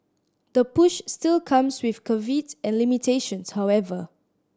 the push still comes with caveats and limitations however